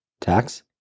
tax